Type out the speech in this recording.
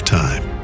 time